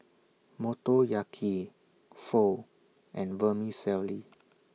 Motoyaki Pho and Vermicelli